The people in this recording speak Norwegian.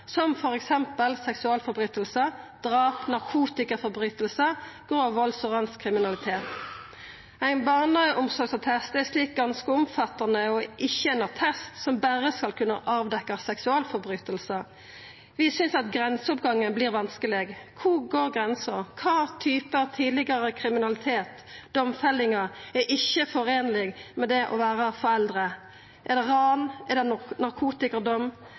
som f.eks. seksuallovbrot, drap, narkotikalovbrot og grov valds- og ranskriminalitet. Ein barneomsorgsattest er slik ganske omfattande og ikkje ein attest som berre skal kunna avdekkja seksuallovbrot. Vi synest at grenseoppgangen vert vanskeleg: Kvar går grensa? Kva typar tidlegare kriminalitet og domfellingar er ikkje foreinlege med det å vera foreldre? Er det ran, er det